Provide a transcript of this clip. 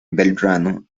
belgrano